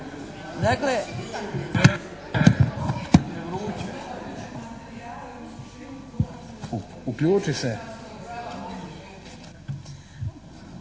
Uključi se./